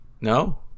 No